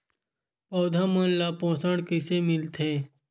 पौधा मन ला पोषण कइसे मिलथे?